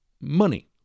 money